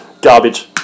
Garbage